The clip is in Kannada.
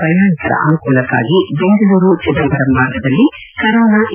ಪ್ರಯಾಣಿಕರ ಅನುಕೂಲಕ್ಷಾಗಿ ಬೆಂಗಳೂರು ಚಿದಂಬರಂ ಮಾರ್ಗದಲ್ಲಿ ಕರೋನ ಎ